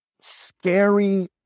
scary